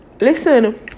listen